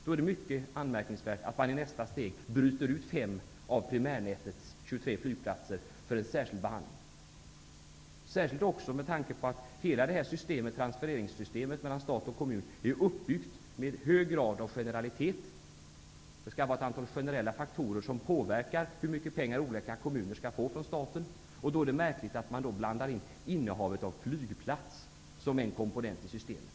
Då är det mycket anmärkningsvärt att man i nästa steg bryter ut 5 av primärnätets 23 flygplatser för en särskild behandling, särskilt med tanke på att hela transfereringssystemet mellan stat och kommun är uppbyggt med en hög grad av generalitet -- det skall vara ett antal generella faktorer som påverkar hur mycket pengar olika kommuner skall få från staten. Det är då märkligt att man blandar in innehavet av flygplats som en komponent i systemet.